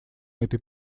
этой